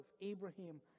Abraham